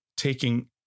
taking